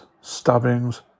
stabbings